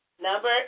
Number